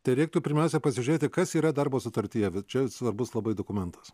tai reiktų pirmiausia pasižiūrėti kas yra darbo sutartyje čia svarbus labai dokumentas